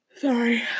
sorry